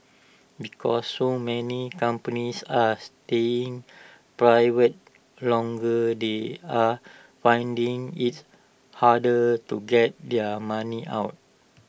because so many companies are staying private longer they are finding IT harder to get their money out